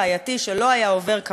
את היועץ המשפטי לממשלה,